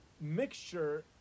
mixture